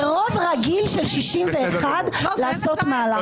ברוב רגיל של 61 לעשות מהלך כזה?